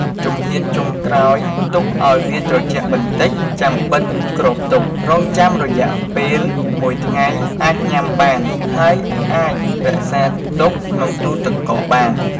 ជំហានចុងក្រោយ ទុកឱ្យវាត្រជាក់បន្តិច ចាំបិទគ្របទុក រងចាំរយ:ពេលមួយថ្ងៃអាចញាំបាន ហើយអាចរក្សាទុកក្នុងទូរទឹកកកបាន។